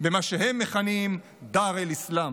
במה שהם מכנים "דאר אל-אסלאם".